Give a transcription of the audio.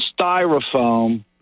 styrofoam